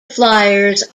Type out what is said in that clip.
flyers